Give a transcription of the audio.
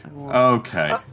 Okay